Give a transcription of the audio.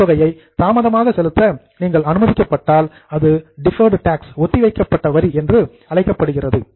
வரித் தொகையை தாமதமாக செலுத்த நீங்கள் அனுமதிக்கப்பட்டால் அது டிஃபர்டு டாக்ஸ் ஒத்திவைக்கப்பட்ட வரி என்று அழைக்கப்படுகிறது